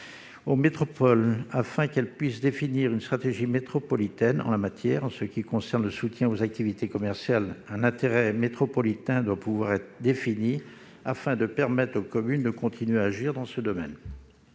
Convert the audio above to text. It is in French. aux métropoles, afin que celles-ci puissent définir une stratégie métropolitaine en la matière. S'agissant du soutien aux activités commerciales, un intérêt métropolitain doit pouvoir être défini, afin de permettre aux communes de continuer à agir dans ce domaine.